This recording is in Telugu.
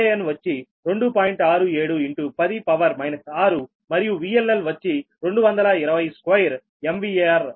67 10 6 మరియు VLL వచ్చి 2202MVAR అవుతుంది